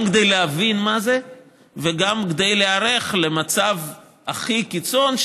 גם כדי להבין מה זה וגם כדי להיערך למצב הכי קיצוני,